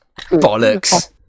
Bollocks